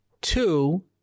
two